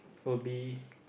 will be